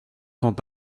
sont